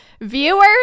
viewers